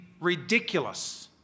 ridiculous